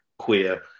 queer